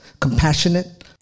compassionate